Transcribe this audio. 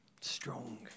Strong